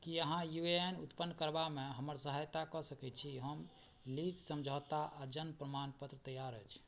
कि अहाँ U A N अद्यतन करबामे हमर सहायता कऽ सकै छी हमर लीज समझौता आओर जनम प्रमाणपत्र तैआर अछि